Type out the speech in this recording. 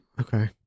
Okay